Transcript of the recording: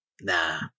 Nah